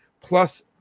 plus